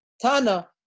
Tana